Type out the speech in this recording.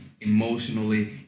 emotionally